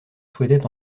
souhaitait